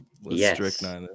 Yes